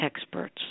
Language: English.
experts